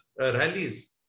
rallies